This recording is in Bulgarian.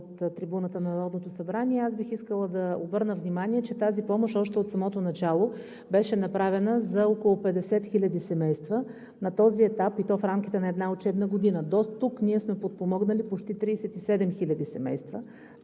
от трибуната на Народното събрание. Аз бих искала да обърна внимание, че тази помощ още от самото начало беше направена за около 50 000 семейства. На този етап, и то в рамките на една учебна година, дотук ние сме подпомогнали почти 37 000 семейства.